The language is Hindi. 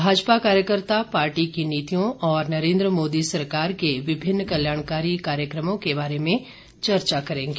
भाजपा कार्यकर्ता पार्टी की नीतियों और नरेन्द्र मोदी सरकार के विभिन्न कल्याणकारी कार्यक्रमों के बारे में चर्चा करेंगे